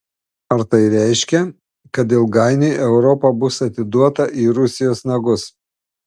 ar tai reiškia kad ilgainiui europa bus atiduota į rusijos nagus